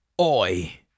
Oi